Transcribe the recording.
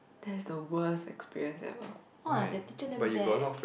that's the worst experience ever uh the teacher damn bad